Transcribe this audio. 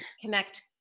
connect